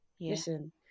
Listen